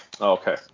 Okay